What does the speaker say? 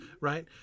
right